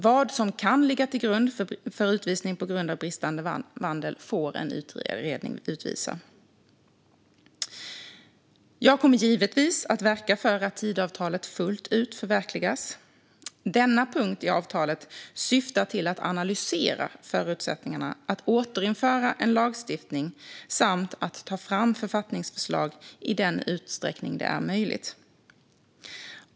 Vad som kan ligga till grund för utvisning på grund av bristande vandel får en utredning utvisa. Jag kommer givetvis att verka för att Tidöavtalet fullt ut förverkligas. Denna punkt i avtalet syftar till att analysera förutsättningarna att återinföra en lagstiftning samt till att ta fram författningsförslag i den utsträckning det är möjligt.